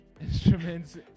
instruments